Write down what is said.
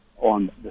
on